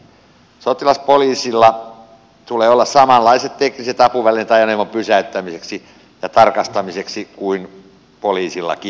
sotilaspoliisilla tulee olla samanlaiset tekniset apuvälineet ajoneuvon pysäyttämiseksi ja tarkastamiseksi kuin poliisillakin